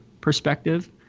perspective